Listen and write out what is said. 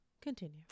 Continue